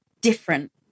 different